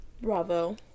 Bravo